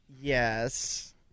Yes